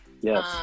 Yes